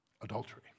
adultery